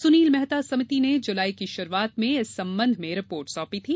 सुनील मेहता समिति ने जुलाई के आरंभ में इस संबंध में रिपोर्ट सौंपी थी